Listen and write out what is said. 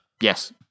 Yes